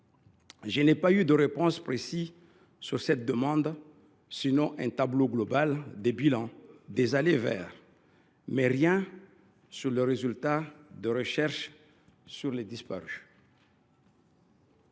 Je n’ai pas obtenu de réponse précise à ma demande, sinon un tableau global des bilans, des « aller vers », mais rien sur le résultat des recherches des disparus.